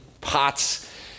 pots